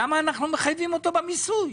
למה אנחנו מחייבים אותו במיסוי?